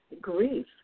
grief